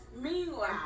Meanwhile